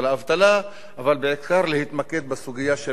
אבל בעיקר להתמקד בסוגיה של עובדי "פניציה",